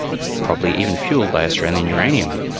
probably even fuelled by australian uranium,